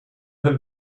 have